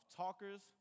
talkers